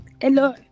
hello